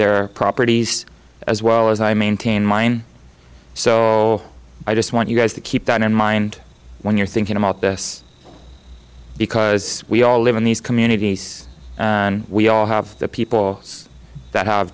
their properties as well as i maintain mine so i just want you guys to keep that in mind when you're thinking about this because we all live in these communities and we all have people that have